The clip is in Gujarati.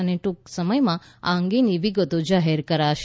અને ટ્રંક સમયમાં આ અંગેની વિગતો જાહેર કરાશે